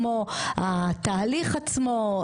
כמו התהליך עצמו,